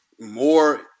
more